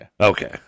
Okay